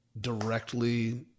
directly